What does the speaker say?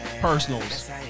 personals